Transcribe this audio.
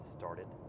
started